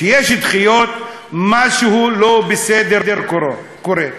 כשיש דחיות, משהו לא בסדר קורה.